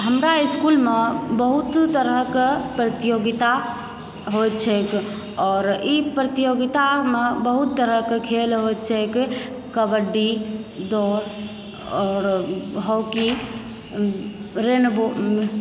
हमरा स्कूलमे बहुत तरहकऽ प्रतियोगिता होयत छैक आओर ई प्रतियोगितामऽ बहुत तरहक खेल होयत छैक कबड्डी दौड़ आओर हॉकी रेनबो